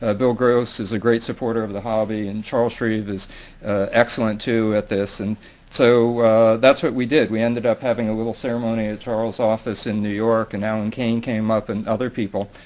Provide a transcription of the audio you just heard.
ah bill gross is a great supporter of the hobby and charles shreve is excellent too at this. and so that's what we did. we ended up having a little ceremony at charles' office in new york and alan kane came up and other people.